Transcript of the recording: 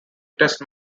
test